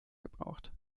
gebraucht